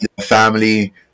family